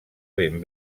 ben